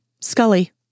Scully